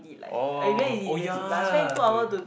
oh oh ya